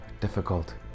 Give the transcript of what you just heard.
difficult